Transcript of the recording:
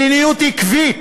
מדיניות עקבית.